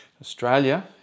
Australia